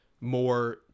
more